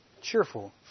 cheerful